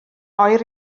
oer